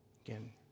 again